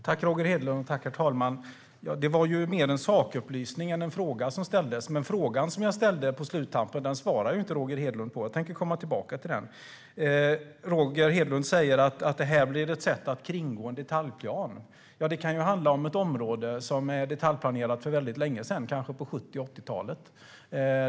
Herr talman! Jag vill tacka Roger Hedlund för svaret. Det jag sa var mer av en sakupplysning än en fråga. Men frågan som jag ställde på sluttampen svarade Roger Hedlund inte på. Jag tänker komma tillbaka till den. Roger Hedlund säger att det här blir ett sätt att kringgå en detaljplan. Det kan handla om ett område som detaljplanerades för länge sedan, kanske på 70 eller 80-talet.